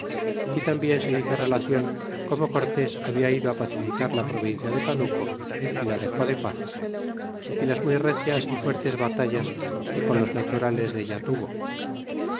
y tambien se le hizo relacion como cortés habia ido pacificar la provincia de panuco y la dex de paz y muy recias y fuertes batallas que con los nalas turales della tuvo